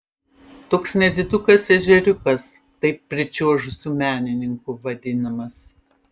toks nedidukas ežeriukas taip pričiuožusių menininkų vadinamas